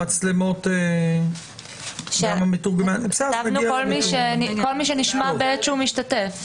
שהמצלמות --- כתבנו "כל מי שנשמע בעת שהוא משתתף".